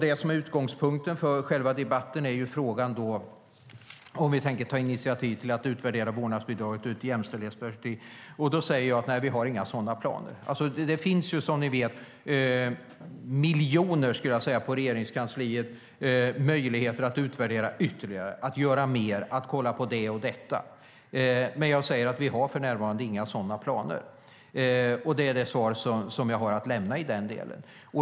Det som är utgångspunkten för själva debatten är frågan om vi tänker ta initiativ till att utvärdera vårdnadsbidraget ur ett jämställdhetsperspektiv. Då säger jag: Nej, vi har inga sådana planer. Som ni vet finns det på Regeringskansliet miljoner, skulle jag vilja säga, möjligheter att utvärdera ytterligare, att göra mer, att kolla på det och detta. Men vi har för närvarande inga sådana planer. Det är det svar jag har att lämna i den delen.